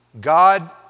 God